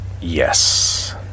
Yes